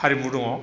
हारिमु दङ